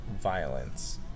violence